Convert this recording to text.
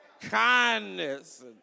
kindness